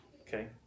okay